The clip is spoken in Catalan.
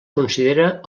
considera